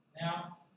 now